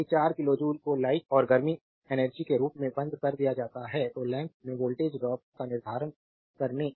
यदि 4 kilo joule को light और गर्मी एनर्जी के रूप में बंद कर दिया जाता है तो लैंप में वोल्टेज ड्रॉप का निर्धारण करें